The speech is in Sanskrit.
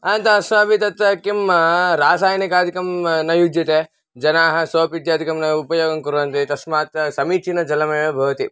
अनन्तरम् अस्माभिः तत्र किं रसायनादिकं न युज्यते जनाः सोप् इत्यादिकं न उपयोगं कुर्वन्ति तस्मात् समीचीनजलमेव भवति